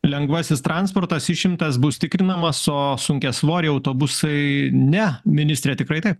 lengvasis transportas išimtas bus tikrinamas o sunkiasvoriai autobusai ne ministre tikrai taip